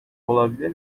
olabilir